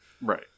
Right